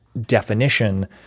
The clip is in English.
definition